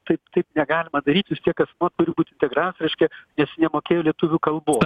taip taip negalima daryt vis tiek asmuo turi būt integracija reiškia jis nemokėjo lietuvių kalbos